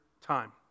time